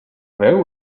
very